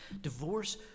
Divorce